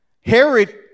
Herod